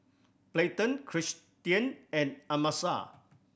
Payton Cristian and Amasa